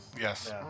yes